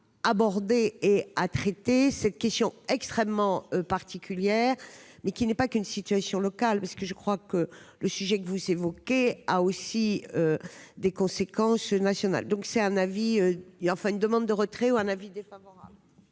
à aborder et à traiter cette question extrêmement particulière mais qui n'est pas qu'une situation locale parce que je crois que le sujet que vous évoquez a aussi des conséquences nationales, donc c'est un avis, enfin, une demande de retrait ou un avis défavorable.